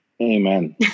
Amen